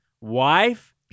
wife